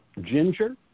Ginger